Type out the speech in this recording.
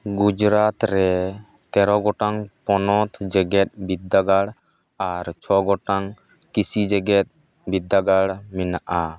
ᱜᱩᱡᱽᱨᱟᱴ ᱨᱮ ᱛᱮᱨᱚ ᱜᱚᱴᱟᱝ ᱯᱚᱱᱚᱛ ᱡᱮᱜᱮᱫ ᱵᱤᱫᱽᱫᱟᱜᱟᱲ ᱟᱨ ᱪᱷᱚ ᱜᱚᱴᱟᱝ ᱠᱤᱥᱤ ᱡᱮᱜᱮᱫ ᱵᱚᱫᱽᱫᱟ ᱜᱟᱲ ᱢᱮᱱᱟᱜᱼᱟ